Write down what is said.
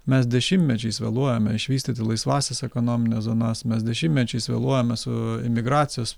mes dešimtmečiais vėluojame išvystyti laisvąsias ekonomines zonas mes dešimtmečiais vėluojame su imigracijos